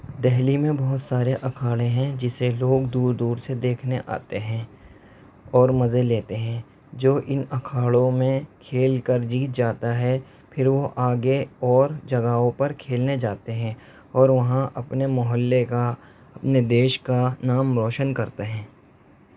دہلی میں بہت سارے اکھاڑے ہیں جسے لوگ دور دور سے دیکھنے آتے ہیں اور مزے لیتے ہیں جو ان اکھاڑوں میں کھیل کر جیت جاتا ہے پھر وہ آگے اور جگہوں پر کھیلنے جاتے ہیں اور وہاں اپنے محلے کا اپنے دیش کا نام روشن کرتے ہیں